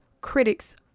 critics